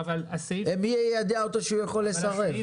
מי יידע אותו שהוא יכול לסרב?